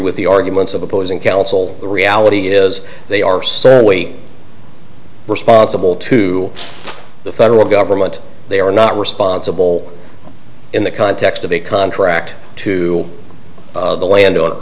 with the arguments of opposing counsel the reality is they are some weight responsible to the federal government they are not responsible in the context of a contract to the land on